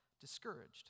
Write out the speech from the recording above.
discouraged